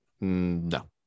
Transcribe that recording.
No